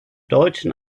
deutschen